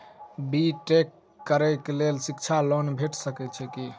B tech करै लेल शिक्षा लोन भेटय छै की?